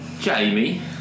Jamie